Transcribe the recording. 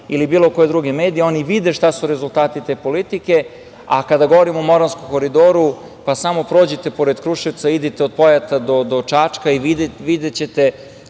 ili bilo koji drugi mediji, oni vide šta su rezultati te politike. Kada govorimo o Moravskom koridoru, samo prođite pored Kruševca, idite od Pojata do Čačka i videćete